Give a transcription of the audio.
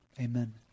amen